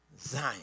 Zion